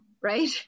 right